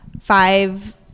five